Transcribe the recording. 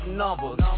numbers